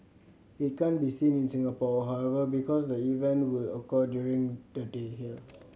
it can't be seen in Singapore however because the event will occur during the day here